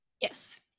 Yes